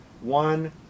One